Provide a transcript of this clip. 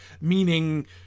meaning